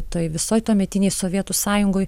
toj visoj tuometinėj sovietų sąjungoj